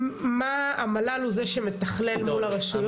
המל"ל הוא זה שמתכלל מול הרשויות?